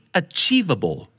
achievable